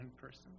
person